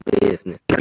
business